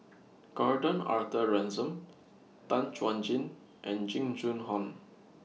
Gordon Arthur Ransome Tan Chuan Jin and Jing Jun Hong